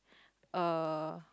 uh